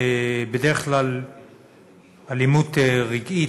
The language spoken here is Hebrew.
בדרך כלל אלימות רגעית,